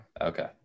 Okay